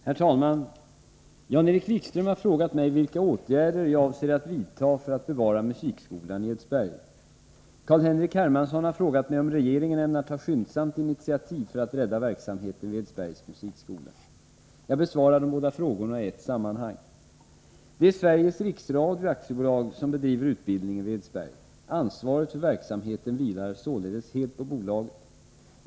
Herr talman! Jan-Erik Wikström har frågat mig vilka åtgärder jag avser att vidta för att bevara musikskolan i Edsberg. Carl-Henrik Hermansson har frågat mig om regeringen ämnar ta skyndsamt initiativ för att rädda verksamheten vid Edsbergs musikskola. Jag besvarar de båda frågorna i ett sammanhang. Det är Sveriges Riksradio AB som bedriver utbildningen vid Edsberg. Ansvaret för verksamheten vilar således helt på bolaget.